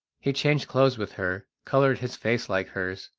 he changed clothes with her, coloured his face like hers,